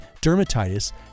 dermatitis